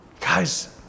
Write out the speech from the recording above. Guys